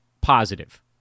positive